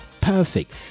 perfect